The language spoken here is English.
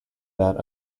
that